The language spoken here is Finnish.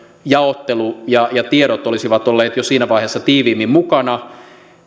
jaottelu ja ja tiedot olisivat olleet jo siinä vaiheessa tiiviimmin mukana